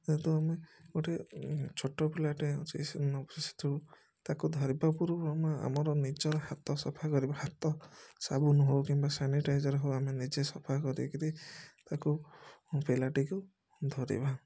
ଯେହେତୁ ଆମେ ଗୋଟିଏ ଛୋଟପିଲାଟେ ଅଛି ନବଜାତ ଶିଶୁ ତାକୁ ଧରିବା ପୂର୍ବରୁ ହଁ ଆମର ନିଜ ହାତ ସଫା କରିବା ହାତ ସାବୁନ୍ ହଉ କିମ୍ବା ସାନିଟାଇଜର୍ ହଉ ଆମେ ନିଜେ ସଫା କରିକିରି ତାକୁ ପିଲାଟିକୁ ଧରିବା